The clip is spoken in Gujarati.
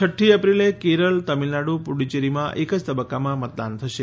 છઠ્ઠી એપ્રિલે કેરળ તમિળનાડ઼ પુડચ્ચેરીમાં એક જ તબક્ક્કામાં મતદાન થશે